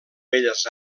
belles